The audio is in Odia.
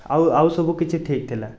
ଆଉ ଆଉ ସବୁ କିଛି ଠିକ୍ ଥିଲା